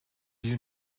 you